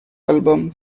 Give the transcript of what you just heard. album